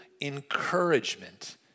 encouragement